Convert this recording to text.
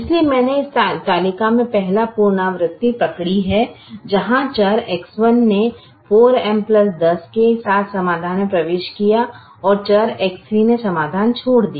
इसलिए मैंने इस तालिका में पहली पुनरावृत्ति पकडी है जहां चर X1 ने 4M 10 के साथ समाधान में प्रवेश किया और चर X3 ने समाधान छोड़ दिया